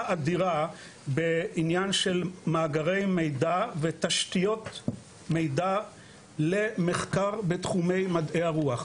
אדירה בעניין של מאגרי מידע ותשתיות מידע למחקר בתחומי מדעי הרוח.